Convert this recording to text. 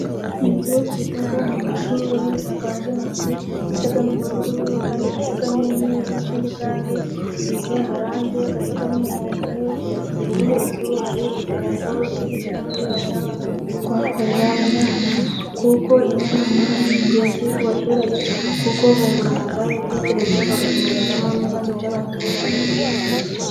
Inzu twita amashuri isakaje amabati asa n'ubururu, kandi asa n'umweruru, ikindi kandi isize amarangi asa n'umuhondo, imbere y'iyo nzu hari idarapo, ikindi kandi hari n'abantu bari kuhakorera inama kuko inama ni ingenzi ku baturage kuko bungurana ibitekerezo, hagakemurwamo n'ibibazo by'abaturage.